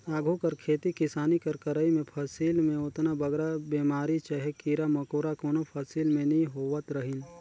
आघु कर खेती किसानी कर करई में फसिल में ओतना बगरा बेमारी चहे कीरा मकोरा कोनो फसिल में नी होवत रहिन